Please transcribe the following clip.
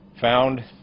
found